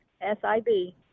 S-I-B